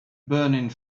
burning